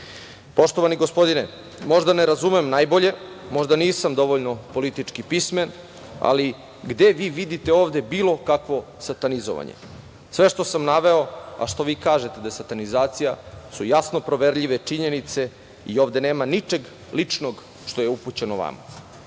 ekologiju? Poštovani gospodine, možda ne razumem najbolje, možda nisam dovoljno politički pismen, ali gde vi vidite ovde bilo kakvo satanizovanje? Sve što sam naveo, a što vi kažete da je satanizacija su jasno proverljive činjenice i ovde nema ničeg ličnog što je upućeno vama.